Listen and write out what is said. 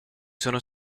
sono